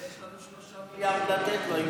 אולי יש לנו 3 מיליארד לתת לו,